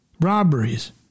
robberies